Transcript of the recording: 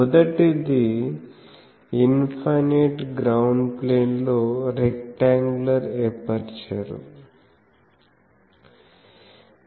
మొదటిది infinite ground plane లో rectangular aperture